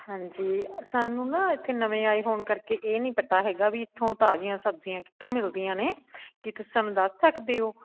ਹਾਂਜੀ ਸਾਨੂੰ ਨਾ ਇੱਥੇ ਨਵੇਂ ਆਏ ਹੋਣ ਕਰਕੇ ਇਹ ਨਹੀਂ ਪਤਾ ਹੈਗਾ ਵੀ ਇੱਥੋਂ ਤਾਜ਼ੀਆਂ ਸਬਜ਼ੀਆਂ ਕਿੱਥੋਂ ਮਿਲਦੀਆਂ ਨੇ ਕੀ ਤੁਸੀਂ ਸਾਨੂੰ ਦੱਸ ਸਕਦੇ ਹੋ